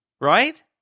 Right